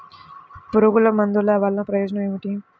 పురుగుల మందుల వల్ల ప్రయోజనం ఏమిటీ?